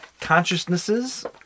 Consciousnesses